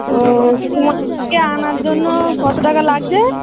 ও কুমার শানুকে আনার জন্য কত টাকা লাগছে